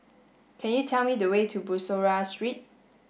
could you tell me the way to Bussorah Street